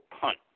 punt